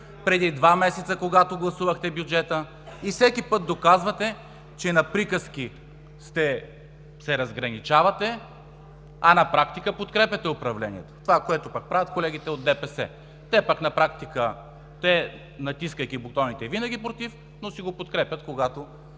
преди два месеца, когато гласувахте бюджета и всеки път доказвате, че на приказки се разграничавате, а на практика подкрепяте управлението. Това, което пък правят колегите от ДПС – натискайки бутоните, винаги са „против“, но си го подкрепят, когато